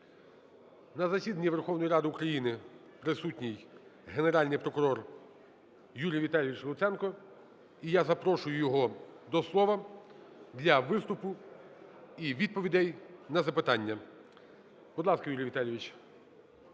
На засіданні Верховної Ради України присутній Генеральний прокурор Юрій Віталійович Луценко. І я запрошую його до слова для виступу і відповідей на запитання. Будь ласка, Юрій Віталійович,